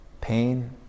Pain